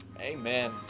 Amen